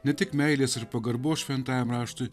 ne tik meilės ir pagarbos šventajam raštui